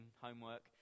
homework